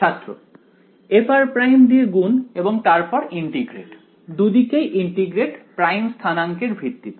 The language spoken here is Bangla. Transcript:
ছাত্র fr′ দিয়ে গুণ এবং তারপর ইন্টিগ্রেট দুদিকেই ইন্টিগ্রেট প্রাইম স্থানাঙ্কের ভিত্তিতে